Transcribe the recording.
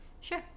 Sure